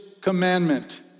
commandment